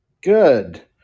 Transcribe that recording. Good